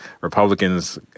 Republicans